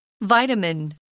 Vitamin